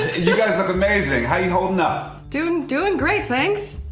you guys look amazing, how are you holding up? doing doing great, thanks.